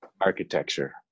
Architecture